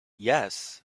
yes